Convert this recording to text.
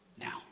now